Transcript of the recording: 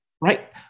Right